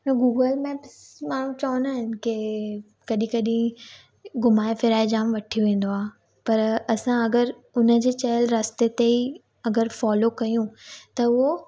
त Google map माण्हू चवंदा आहिनि के कॾहिं कॾहिं घुमाए फिराए जाम वठी वेंदो आहे पर असां अगरि हुनजे चयल रस्ते ते ई अगरि फॉलो कयूं त उहो